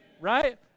Right